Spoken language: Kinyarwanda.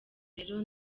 rero